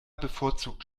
bevorzugt